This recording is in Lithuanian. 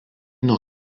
nuo